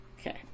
okay